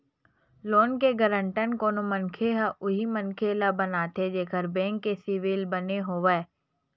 loan के guarantor कोनो मनखे ह उही मनखे ल बनाथे जेखर बेंक के सिविल बने होवय